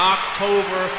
October